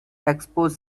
expose